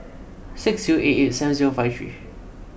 six zero eight eight seven zero five three